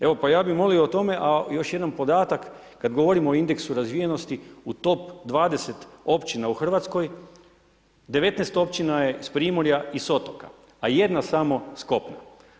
Evo, pa ja bih molio o tome, a još jedan podatak, kad govorimo o indeksu razvijenosti u top 20 općina u RH, 19 općina je iz Primorja i s otoka, a jedna samo s kopna.